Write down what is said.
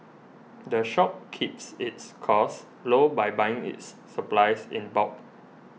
the shop keeps its costs low by buying its supplies in bulk